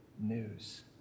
news